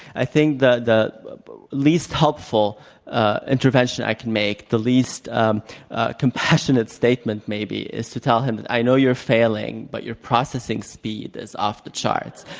i think that the least helpful intervention i can make, the least um compassionate statement, maybe, is to tell him that, i know you're failing, but your processing speed is off the charts.